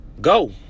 Go